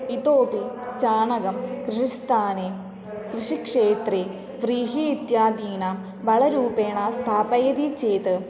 इतोऽपि चाणकं कृषिस्थाने कृषिक्षेत्रे व्रीहि इत्यादीनां बलरूपेण स्थापयति चेत्